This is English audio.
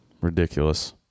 ridiculous